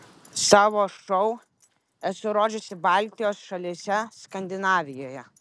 savo šou esu rodžiusi baltijos šalyse skandinavijoje